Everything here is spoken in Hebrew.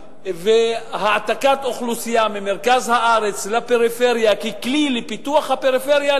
והעתקת אוכלוסייה ממרכז הארץ לפריפריה ככלי לפיתוח הפריפריה,